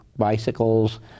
bicycles